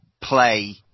play